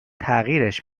تغییرش